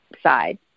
side